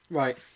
right